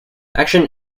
action